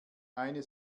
eine